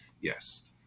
yes